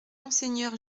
monseigneur